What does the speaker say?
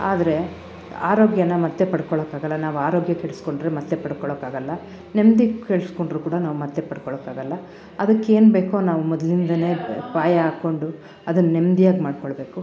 ಆದರೆ ಆರೋಗ್ಯನ ಮತ್ತೆ ಪಡ್ಕೊಳ್ಳಕ್ಕಾಗಲ್ಲ ನಾವು ಆರೋಗ್ಯ ಕೆಡಿಸಿಕೊಂಡ್ರೆ ಮತ್ತೆ ಪಡ್ಕೊಳ್ಳಕ್ಕಾಗಲ್ಲ ನೆಮ್ಮದಿ ಕೆಡಿಸಿಕೊಂಡ್ರು ಕೂಡ ನಾವು ಮತ್ತೆ ಪಡ್ಕೊಳಕ್ಕಾಗಲ್ಲ ಅದಕ್ಕೇನು ಬೇಕೊ ನಾವು ಮೊದಲಿಂದನೇ ಪಾಯ ಹಾಕೊಂಡು ಅದನ್ನ ನೆಮ್ದಿಯಾಗಿ ಮಾಡಿಕೊಳ್ಬೇಕು